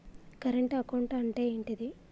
Current account అంటే ఏంటిది?